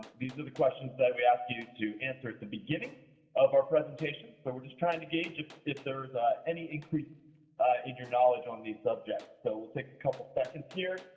these are the questions that we asked you to answer at the beginning of our presentation. so, we're just trying to gauge if if there's any increase in your knowledge on these subjects. so, we'll take a couple seconds here,